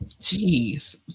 jeez